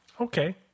Okay